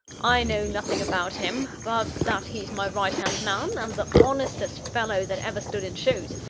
i know nothing about him, but that he's my right-hand man, and the honestest fellow that ever stood in shoes.